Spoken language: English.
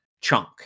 chunk